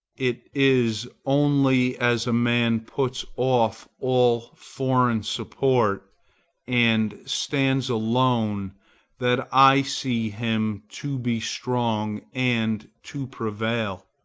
it is only as a man puts off all foreign support and stands alone that i see him to be strong and to prevail.